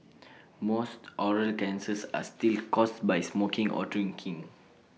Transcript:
most oral cancers are still caused by smoking or drinking